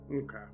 Okay